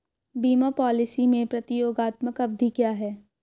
बीमा पॉलिसी में प्रतियोगात्मक अवधि क्या है?